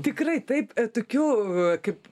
tikrai taip tokių kaip